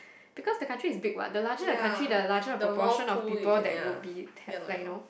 because the county is big what the larger the country the larger the proportion of people that would be like you know